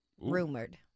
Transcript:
rumored